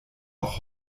auch